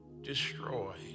destroyed